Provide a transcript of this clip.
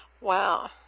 Wow